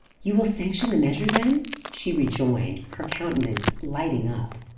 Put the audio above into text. you will sanction the measure then? she rejoined, her countenance lighting up.